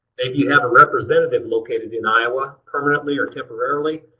maybe you have a representative located in iowa permanently or temporarily.